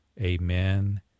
amen